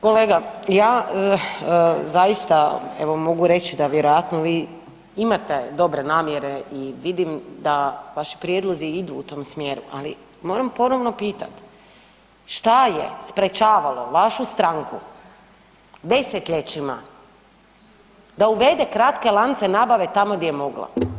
Kolega, ja zaista evo mogu reći da vjerojatno vi imate dobre namjere i vidim da vaši prijedlozi idu u tom smjeru, ali moram ponovno pitat, šta je sprečavalo vašu stranku 10-ljećima da uvede kratke lance nabave tamo gdje je mogla?